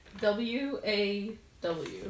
W-A-W